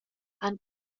han